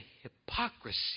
hypocrisy